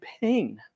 pain